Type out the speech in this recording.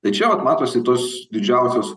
tai čia vat matosi tos didžiausios